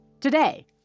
Today